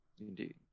Indeed